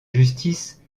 justice